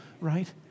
right